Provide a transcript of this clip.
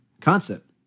concept